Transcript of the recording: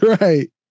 Right